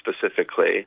specifically